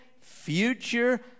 future